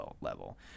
level